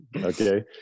okay